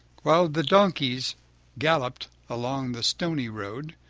while the donkeys galloped along the stony road,